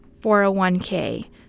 401K